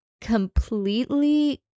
completely